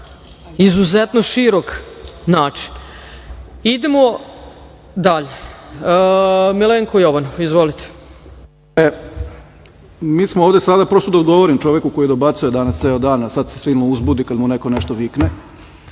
izuzetno širok način. Idemo dalje. Milenko Jovanov, izvolite. **Milenko Jovanov** Mi smo ovde sada, prosto da odgovorim čoveku koji dobacuje danas ceo dan, a sada se svi uzbude kada mu neko nešto vikne,